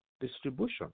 distribution